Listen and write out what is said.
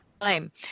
time